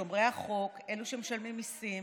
שומרי החוק, אלה שמשלמים מיסים